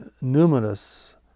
numerous